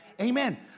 Amen